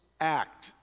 act